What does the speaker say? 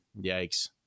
yikes